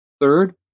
Third